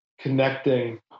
connecting